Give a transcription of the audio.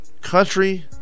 country